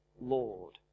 Lord